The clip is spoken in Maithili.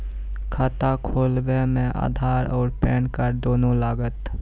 खाता खोलबे मे आधार और पेन कार्ड दोनों लागत?